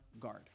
guard